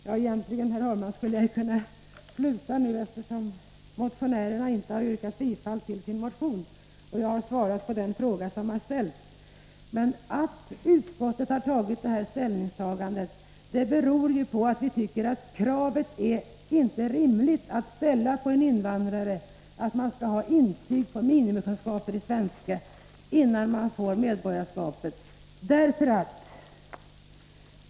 Herr talman! Jag skulle egentligen ha kunnat sluta nu, eftersom motionärerna inte yrkat bifall till sin motion och jag har svarat på den fråga som ställts. Att utskottet gjort detta ställningstagande beror på att vi tycker att kravet på intyg på minimikunskaper i svenska innan man får medborgarskap inte är rimligt.